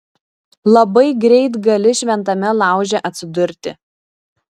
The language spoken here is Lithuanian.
labai greit gali šventame lauže atsidurti